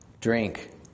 drink